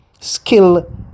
skill